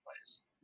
place